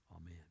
Amen